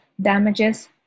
damages